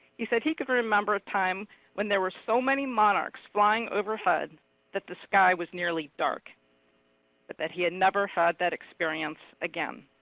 he said he could remember a time when there were so many monarchs flying overhead that the sky was nearly dark. but that he had never had that experience again.